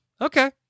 okay